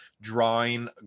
drawing